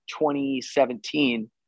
2017